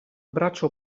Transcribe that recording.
braccio